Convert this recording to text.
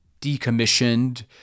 decommissioned